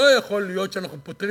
לא יכול להיות שאנחנו פותרים,